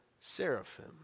seraphim